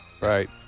Right